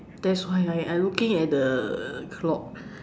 that's why I I looking at the clock